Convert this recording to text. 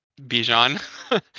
Bijan